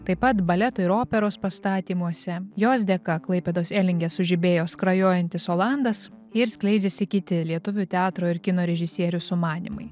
taip pat baleto ir operos pastatymuose jos dėka klaipėdos elinge sužibėjo skrajojantis olandas ir skleidžiasi kiti lietuvių teatro ir kino režisierių sumanymai